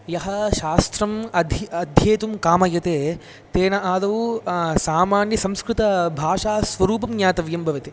यः शास्त्रम् अधि अध्येतुं कामयते तेन आदौ सामान्य संस्कृतभाषास्वरूपं ज्ञातव्यं भवति